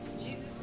Jesus